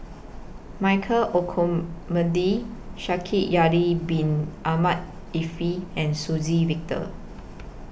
Michael Olcomendy Shaikh Yahya Bin Ahmed Afifi and Suzann Victor